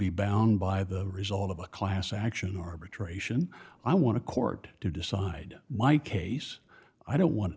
be bound by the result of a class action arbitration i want to court to decide my case i don't want